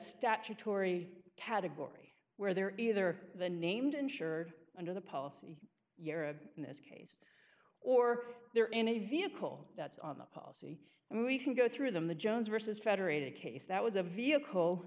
statutory category where they're either the named insured under the policy in this case or there any vehicle that's on the policy and we can go through them the jones versus federated case that was a vehicle